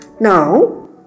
Now